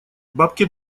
бабке